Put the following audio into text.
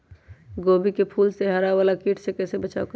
गोभी के फूल मे हरा वाला कीट से कैसे बचाब करें?